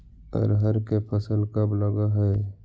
अरहर के फसल कब लग है?